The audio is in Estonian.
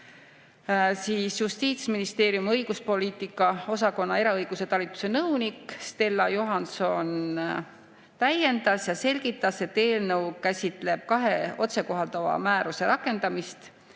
Justiitsministeeriumi õiguspoliitika osakonna eraõiguse talituse nõunik Stella Johanson täiendas ja selgitas, et eelnõu käsitleb kahe otsekohalduva määruse rakendamist,